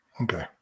Okay